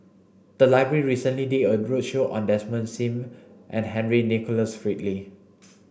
the library recently did a roadshow on Desmond Sim and Henry Nicholas Ridley